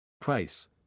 Price